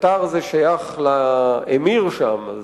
קטאר שייכת לאמיר שם,